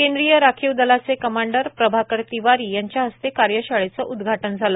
केंद्रीय राखीव दलाचे कमांडर प्रभाकर तिवारी यांच्या हस्ते कार्यशाळेचे उद्घाटन झाले